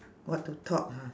what to talk ha